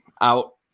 out